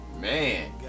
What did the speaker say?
man